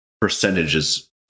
percentages